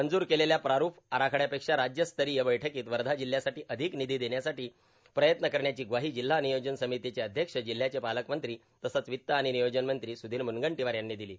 मंजुर केलेल्या प्रारूप आरखड़यापेक्षा राज्यस्तरीय बैठकीत वर्धा जिल्ह्यासाठी अधिक निधी देण्यासाठी प्रयत्न करण्याची ग्वाही जिल्हा नियोजन समितीचे अध्यक्ष जिल्ह्याचे पालकमंत्री तसंच वित्त आणि नियोजन मंत्री सुधीर मुनगंटीवार यांनी दिली